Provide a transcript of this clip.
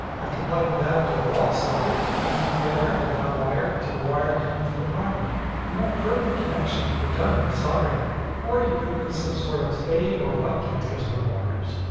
after plugging that into a wall socket, i connect the other end of that wire to the wire coming from the primary. a more premanent connection can be done by soldering it or you could put some sort of spade or butt connectors on the wires.